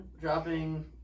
dropping